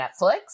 Netflix